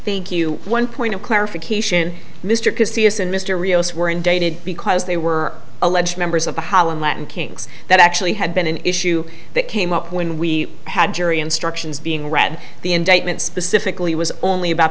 thank you one point of clarification mr christie yes and mr rios were indicted because they were alleged members of the holland latin kings that actually had been an issue that came up when we had jury instructions being read the indictment specifically it was only about